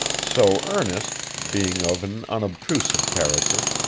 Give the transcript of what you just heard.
so ernest, being of an unobtrusive character,